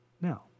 now